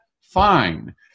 fine